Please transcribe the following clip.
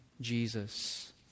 Jesus